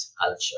culture